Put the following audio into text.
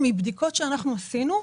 מבדיקות שאנחנו עשינו,